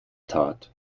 tat